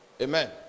amen